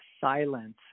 silence